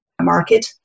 market